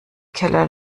keller